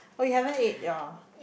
oh you haven't eat your